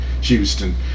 Houston